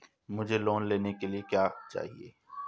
मुझे लोन लेने के लिए क्या चाहिए?